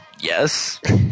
yes